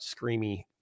screamy